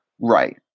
right